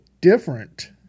different